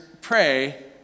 pray